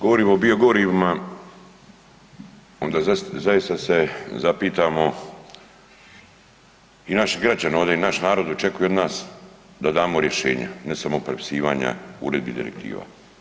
govorimo o biogorivima, onda zaista se zapitamo inače građani, ovdje i naš narod očekuje od nas da damo rješenja, ne samo prepisivanja uredbi direktiva.